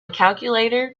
calculator